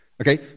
okay